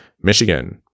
michigan